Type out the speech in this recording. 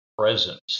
presence